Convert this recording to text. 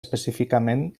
específicament